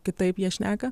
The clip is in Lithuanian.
kitaip jie šneka